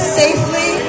safely